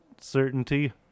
certainty